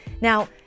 Now